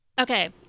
Okay